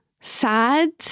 sad